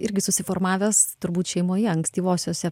irgi susiformavęs turbūt šeimoje ankstyvosiose